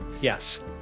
yes